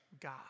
God